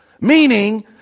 Meaning